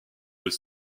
aux